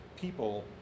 people